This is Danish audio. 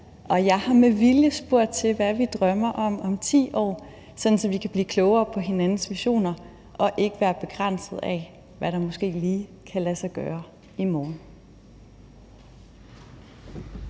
jeg har med vilje spurgt til, hvad vi drømmer om om 10 år, sådan at vi kan blive klogere på hinandens visioner og ikke være begrænset af, hvad der måske lige kan lade sig gøre i morgen.